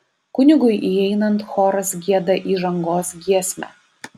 kunigui įeinant choras gieda įžangos giesmę